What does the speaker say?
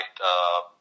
right